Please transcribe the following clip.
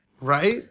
right